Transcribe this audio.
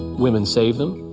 women save them.